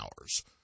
hours